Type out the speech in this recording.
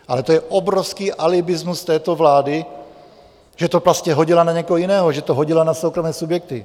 Ale to je obrovský alibismus této vlády, že to hodila na někoho jiného, že to hodila na soukromé subjekty.